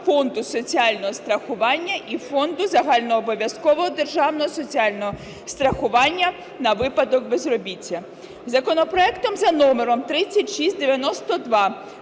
Фонду соціального страхування і Фонду загальнообов'язкового державного соціального страхування на випадок безробіття. Законопроектом за номером 3692